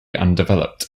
undeveloped